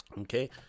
Okay